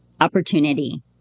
opportunity